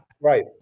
Right